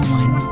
one